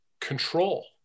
control